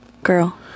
girl